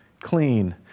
Clean